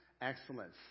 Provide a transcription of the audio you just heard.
excellence